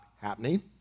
happening